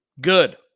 Good